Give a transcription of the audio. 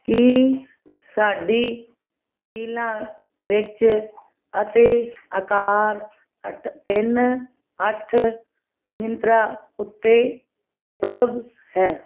ਕੀ ਸਾੜੀ ਪੀਲਾ ਵਿੱਚ ਅਤੇ ਅਕਾਰ ਅੱਠ ਤਿੰਨ ਅੱਠ ਮਿੰਤਰਾ ਉੱਤੇ ਉਪਲੱਬਧ ਹੈ